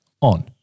on